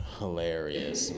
hilarious